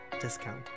discount